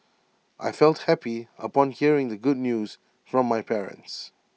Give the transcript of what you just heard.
I felt happy upon hearing the good news from my parents